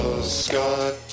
Scott